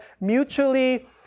mutually